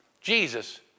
Jesus